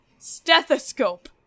stethoscope